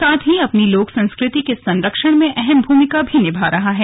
साथ ही अपनी लोक संस्कृति के संरक्षण में अहम भूमिका निभा रहा है